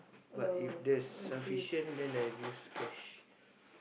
but if there's sufficient then I use cash